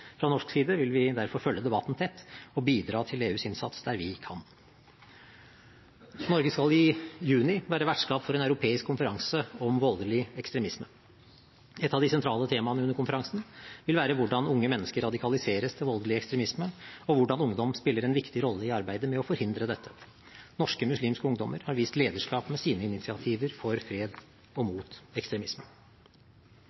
Fra norsk side vil vi derfor følge debatten tett og bidra til EUs innsats der vi kan. Norge skal i juni være vertskap for en europeisk konferanse om voldelig ekstremisme. Ett av de sentrale temaene under konferansen vil være hvordan unge mennesker radikaliseres til voldelig ekstremisme, og hvordan ungdom spiller en viktig rolle i arbeidet med å forhindre dette. Norske muslimske ungdommer har vist lederskap med sine initiativer for fred og mot ekstremisme.